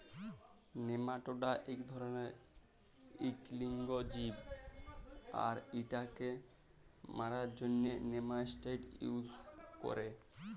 nematoda ইক ধরলের ইক লিঙ্গ জীব আর ইটকে মারার জ্যনহে নেমাটিসাইড ইউজ ক্যরে